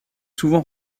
souvent